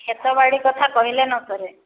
କ୍ଷେତବାଡ଼ି କଥା କହିଲେ ନ ସରେ